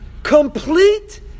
Complete